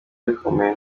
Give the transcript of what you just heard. bikomeye